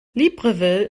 libreville